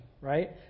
right